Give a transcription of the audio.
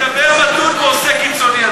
אתה מדבר מתון ועושה קיצוני.